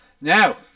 Now